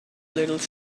little